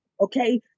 Okay